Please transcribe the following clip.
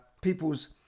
people's